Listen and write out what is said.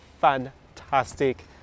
fantastic